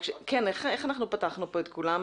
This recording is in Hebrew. כן, אבל איך פתחנו לכולם?